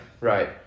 Right